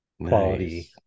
quality